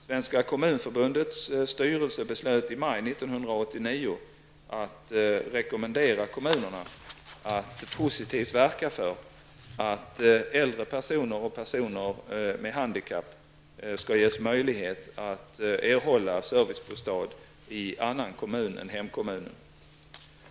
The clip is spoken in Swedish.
Svenska kommunförbundets styrelse beslöt i maj 1989 att rekommendera kommunerna att positivt verka för att äldre personer och personer med handikapp skall ges möjlighet att erhålla servicebostad i annan kommun än hemkommunen.